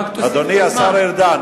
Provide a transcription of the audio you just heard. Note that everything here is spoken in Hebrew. אדוני השר ארדן,